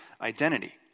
identity